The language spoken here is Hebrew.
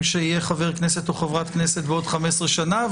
שיהיה חבר כנסת או חברת כנסת בעוד 15 שנה,